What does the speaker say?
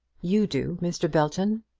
you do, mr. belton.